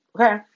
Okay